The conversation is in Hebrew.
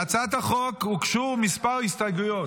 להצעת החוק הוגשו כמה הסתייגויות.